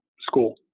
school